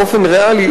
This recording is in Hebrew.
באופן ריאלי,